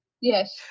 yes